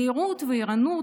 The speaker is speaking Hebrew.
זהירות וערנות,